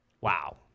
Wow